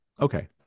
Okay